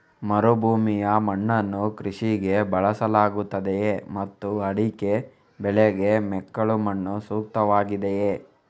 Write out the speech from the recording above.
ಮರುಭೂಮಿಯ ಮಣ್ಣನ್ನು ಕೃಷಿಗೆ ಬಳಸಲಾಗುತ್ತದೆಯೇ ಮತ್ತು ಅಡಿಕೆ ಬೆಳೆಗೆ ಮೆಕ್ಕಲು ಮಣ್ಣು ಸೂಕ್ತವಾಗಿದೆಯೇ?